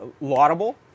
Laudable